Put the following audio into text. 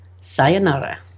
sayonara